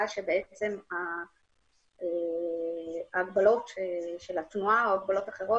בתקופה שההגבלות של התנועה או הגבלות אחרות